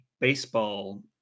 baseball